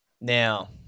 now